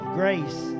grace